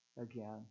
again